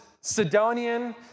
Sidonian